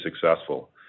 successful